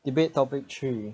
debate topic three